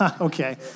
Okay